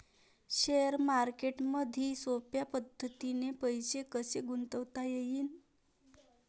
Share मार्केटमधी सोप्या पद्धतीने पैसे कसे गुंतवता येईन?